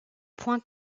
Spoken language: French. point